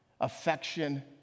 affection